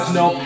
no